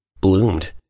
bloomed